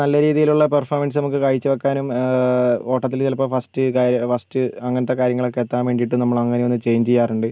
നല്ല രീതീയിലുള്ള പെർഫോമൻസ് നമുക്ക് കാഴ്ച വക്കാനും ഓട്ടത്തിൽ ചിലപ്പോൾ ഫസ്റ്റ് കാര്യമോ ഫസ്റ്റ് അങ്ങനത്തെ കാര്യങ്ങളൊക്കെ എത്താൻ വേണ്ടീട്ട് നമ്മളങ്ങനെയൊന്ന് ചെയ്ഞ്ച് ചെയ്യാറുണ്ട്